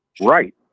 right